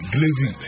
Glizzy